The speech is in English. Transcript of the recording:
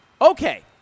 Okay